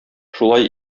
шулай